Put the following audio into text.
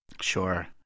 Sure